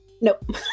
Nope